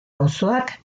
auzoak